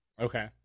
Okay